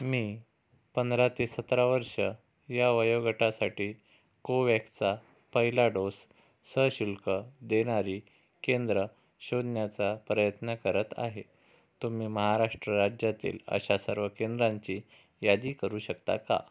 मी पंधरा ते सतरा वर्ष या वयोगटासाठी कोवॅक्सचा पहिला डोस सशुल्क देणारी केंद्र शोधण्याचा प्रयत्न करत आहे तुम्ही महाराष्ट्र राज्यातील अशा सर्व केंद्रांची यादी करू शकता का